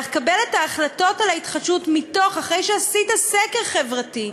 לקבל את ההחלטות על ההתחדשות אחרי שעשית סקר חברתי,